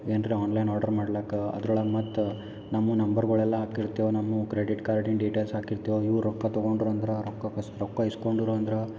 ಏನ್ರೇ online order ಮಾಡ್ಲಾಕೆ ಅದ್ರೊಳಗೆ ಮತ್ತು ನಮ್ಮ ನಂಬರ್ಗಳೆಲ್ಲ ಹಾಕೀರ್ತೇವ್ ನಮ್ಮ ಕ್ರೆಡಿಟ್ ಕಾರ್ಡಿನ ಡಿಟೈಲ್ಸ್ ಹಾಕಿರ್ತೇವೆ ಇವು ರೊಕ್ಕ ತಗೋಂಡ್ರು ಅಂದ್ರೆ ರೊಕ್ಕ ಕಸ್ ರೊಕ್ಕ ಇಸ್ಕೊಂಡರು ಅಂದ್ರೆ